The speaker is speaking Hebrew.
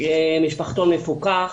משפחתון מפוקח.